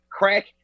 Crack